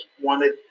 wanted